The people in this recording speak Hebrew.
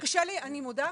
אני מודה,